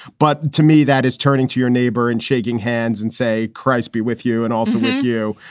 but to me, that is turning to your neighbor and shaking hands and say, christ, be with you and also with you.